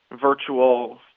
virtual